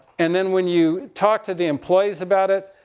and then when you talk to the employees about it.